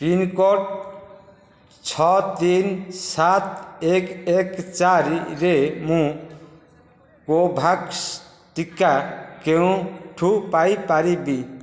pincode ଛଅ ତିନ ସାତ ଏକ ଏକ ଚାରିରେ ମୁଁ କୋଭ୍ୟାକ୍ସ ଟିକା କେଉଁଠାରୁ ପାଇପାରିବି